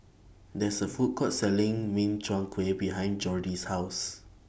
There IS A Food Court Selling Min Chiang Kueh behind Jordy's House